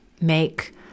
make